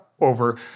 over